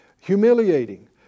humiliating